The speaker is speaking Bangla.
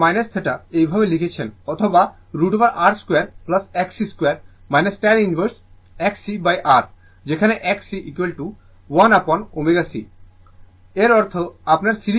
সুতরাং θ এইভাবে লিখছেন অথবা √ over R 2 Xc 2 tan inverse Xc R যেখানে Xc 1 uঅ্যাপন ω c